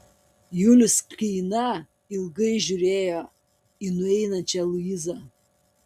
julius keina ilgai žiūrėjo į nueinančią luizą